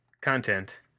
content